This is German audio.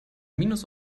minus